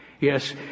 Yes